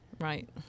Right